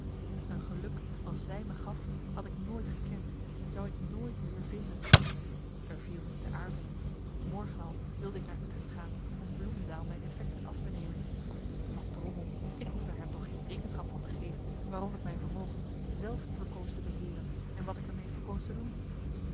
een geluk als zij me gaf had ik nooit gekend zou ik nooit weer vinden er viel niet te aarzelen morgen al wilde ik naar utrecht gaan om bloemendael mijn effekten af te nemen wat drommel ik hoefde er hem toch geen rekenschap van te geven waarom ik mijn vermogen zelf verkoos te beheeren en wat ik er mee verkoos te doen